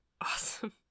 awesome